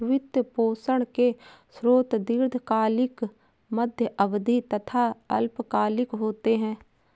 वित्त पोषण के स्रोत दीर्घकालिक, मध्य अवधी तथा अल्पकालिक होते हैं